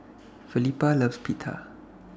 Felipa loves Pita